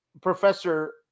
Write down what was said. Professor